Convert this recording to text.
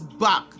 back